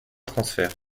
transfert